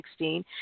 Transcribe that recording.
2016